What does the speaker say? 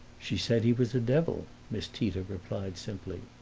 she said he was a devil, miss tita replied simply.